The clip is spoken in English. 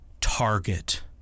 target